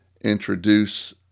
introduce